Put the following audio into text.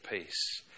peace